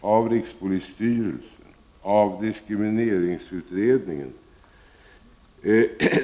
av rikspolisstyrelsen, av diskrimineringsutredningen?